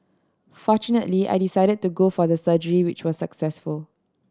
fortunately I decided to go for the surgery which was successful